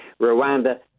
Rwanda